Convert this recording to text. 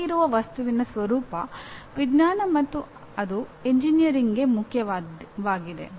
ಹೊರಗೆ ಇರುವ ವಸ್ತುವಿನ ಸ್ವರೂಪ ವಿಜ್ಞಾನ ಮತ್ತು ಅದು ಎಂಜಿನಿಯರಿಂಗ್ಗೆ ಮುಖ್ಯವಾಗಿದೆ